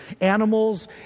animals